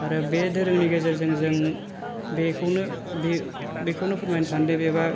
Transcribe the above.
आरो बे धोरोमनि गेजेरजों जों बेखौनो बेखौनो फोरमायनो सानोदि